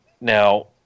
Now